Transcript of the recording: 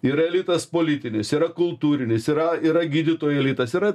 yra elitas politinis yra kultūrinis yra yra gydytojų elitas yra